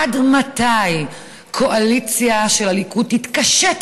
עד מתי הקואליציה של הליכוד תתקשט